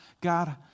God